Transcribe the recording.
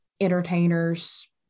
entertainers